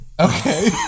Okay